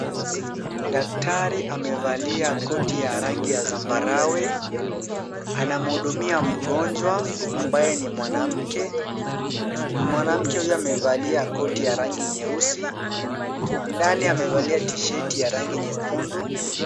Daktari amevalia koti ya rangi ya zambarau. Anamhudumia mgonjwa ambaye ni mwanamke. Mwanamke huyu amevalia koti ya rangi nyeusi. Ndani amevalia tisheti ya rangi nyekundu.